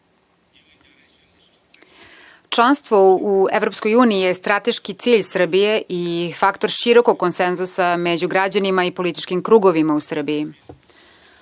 Evropskoj uniji je strateški cilj Srbije i faktor širokog konsenzusa među građanima i političkim krugovima u